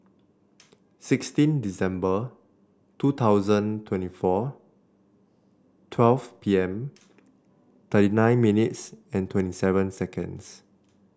sixteen December two thousand twenty four twelve P M thirty nine minutes and twenty seven seconds